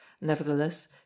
Nevertheless